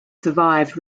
survived